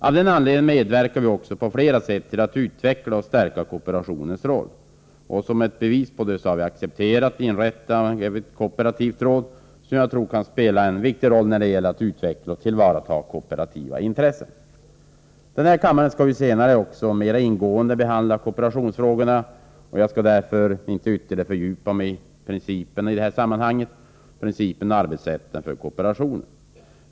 Av den anledningen medverkar vi också på flera sätt till att utveckla och stärka kooperationens roll. Som ett bevis på detta har vi accepterat inrättandet av ett kooperativt råd, som jag tror kan spela en viktig roll när det gäller att utveckla och tillvarata kooperativa intressen. Kammaren skall ju senare mera ingående behandla kooperationsfrågorna. Jag skall därför inte i det här sammanhanget ytterligare fördjupa mig i principerna och arbetssätten för kooperationen.